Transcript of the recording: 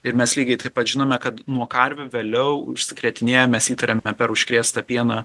ir mes lygiai taip pat žinome kad nuo karvių vėliau užsikretinėja mes įtariame per užkrėstą pieną